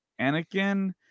Anakin